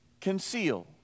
conceal